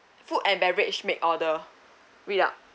food and beverage make order read up